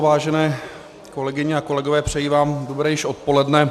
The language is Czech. Vážené kolegyně a kolegové, přeji vám dobré již odpoledne.